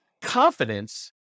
confidence